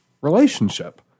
relationship